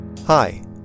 Hi